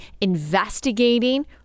investigating